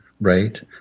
right